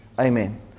Amen